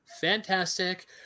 fantastic